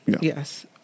Yes